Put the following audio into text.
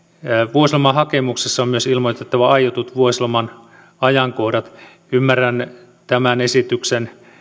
vuosilomahakemuksessa on myös ilmoitettava aiotut vuosiloman ajankohdat ymmärrän tämän esityksen